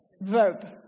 verb